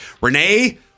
Renee